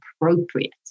appropriate